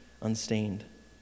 unstained